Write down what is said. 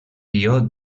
guió